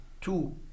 two